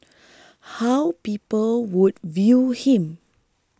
how people would view him